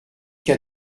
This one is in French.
qu’à